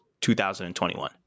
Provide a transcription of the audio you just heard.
2021